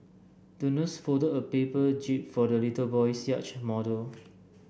the nurse folded a paper jib for the little boy's yacht model